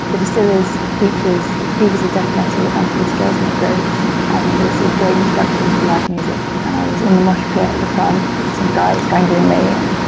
the distillers, peaches, eagles of death metal, and pretty girls make graves and it was a great introduction to live music. and i was in the mosh pit at the front, with some guy strangling me. and